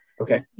Okay